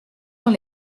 dans